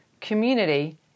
community